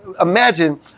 imagine